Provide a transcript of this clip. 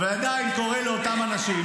אבל עדיין קורא לאותם אנשים,